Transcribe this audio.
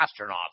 astronauts